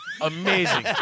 Amazing